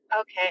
Okay